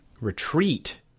retreat